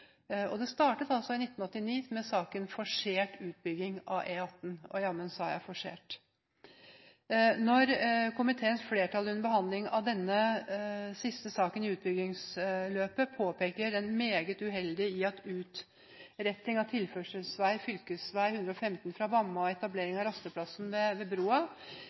forsert utbygging av E18 startet i 1989, og jammen sa jeg forsert. Da komiteens flertall under behandlingen av den siste saken i utbyggingsløpet påpeker det meget uheldige i at utretting av tilførselsvei fv. 115 fra Vamma og rasteplassen ved